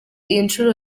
inshuro